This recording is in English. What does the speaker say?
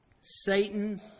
Satan